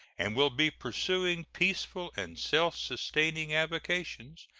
and will be pursuing peaceful and self-sustaining avocations,